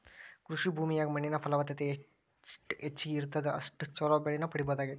ಕೃಷಿ ಭೂಮಿಯಾಗ ಮಣ್ಣಿನ ಫಲವತ್ತತೆ ಎಷ್ಟ ಹೆಚ್ಚಗಿ ಇರುತ್ತದ ಅಷ್ಟು ಚೊಲೋ ಬೆಳಿನ ಪಡೇಬಹುದಾಗೇತಿ